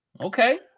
okay